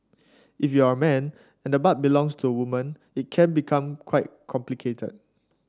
if you're a man and the butt belongs to a woman it can become quite complicated